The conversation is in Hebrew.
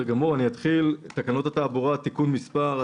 תקנות התעבורה (תיקון מס'...),